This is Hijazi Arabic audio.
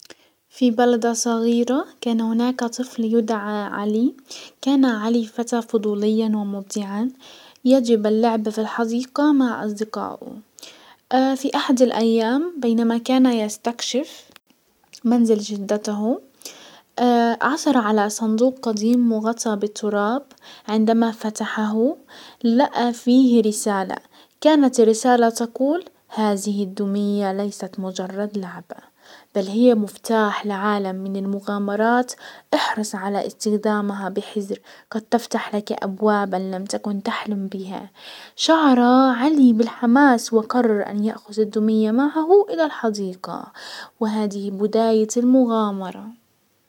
في بلدة صغيرة كان هناك طفل يدعى علي، كان علي فتى فضوليا ومبدعا يجب اللعب في الحديقة مع اصدقاؤه. في احد الايام بينما كان يستكشف منزل جدته، عثر على صندوق قديم مغطى بالتراب عندما فتحه لقى فيه رسالة. كانت الرسالة تقول هزه الدمية ليست مجرد لعبة بل هي مفتاح لعالم من المغامرات احرص على استخدامها بحزر، قد تفتح ابوابا لم تكن تحلم بها. شعر علي بالحماس وقرر ان يأخز الدمية معه الى الحديقة وهذه بداية المغامرة.